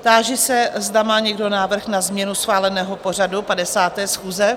Táži se, zda má někdo návrh na změnu schváleného pořadu 50. schůze?